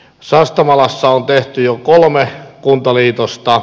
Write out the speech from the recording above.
sastamalassa on tehty jo kolme kuntaliitosta